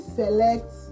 select